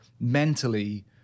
mentally